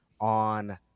on